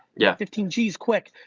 yeah. fifteen g's quick.